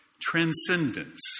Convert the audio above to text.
transcendence